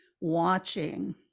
watching